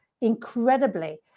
incredibly